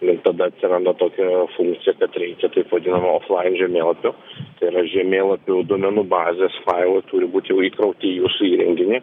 ir tada atsiranda tokia funkcija kad reikia taip vadinamo oflain žemėlapio tai yra žemėlapių duomenų bazės failai turi būt jau įkrauti į jūsų įrenginį